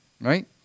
right